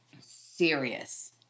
serious